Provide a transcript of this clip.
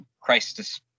Christus